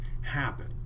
happen